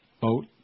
Boat